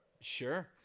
Sure